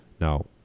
Now